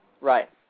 right